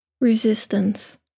resistance